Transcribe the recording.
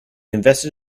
invested